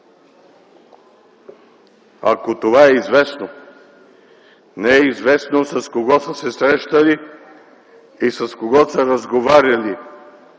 Ако това е известно, не е известно с кого са се срещали и с кого са разговаряли